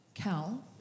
Cal